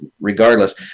regardless